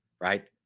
right